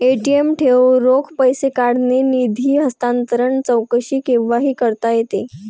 ATM ठेव, रोख पैसे काढणे, निधी हस्तांतरण, चौकशी केव्हाही करता येते